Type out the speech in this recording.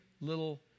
little